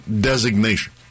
Designation